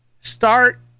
start